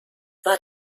war